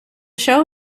show